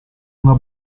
una